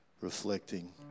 reflecting